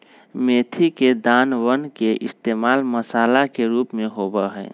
मेथी के दानवन के इश्तेमाल मसाला के रूप में होबा हई